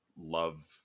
love